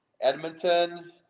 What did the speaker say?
Edmonton